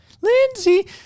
Lindsay